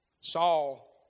Saul